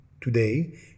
Today